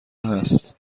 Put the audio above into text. هست